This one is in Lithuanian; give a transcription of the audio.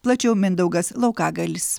plačiau mindaugas laukagalis